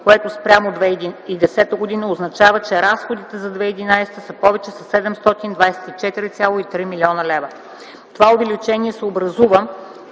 което спрямо 2010 г. означава, че разходите за 2011 г. са повече със 724,3 млн. лв. Това увеличение се образува